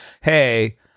Hey